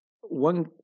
One